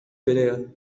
behean